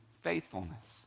faithfulness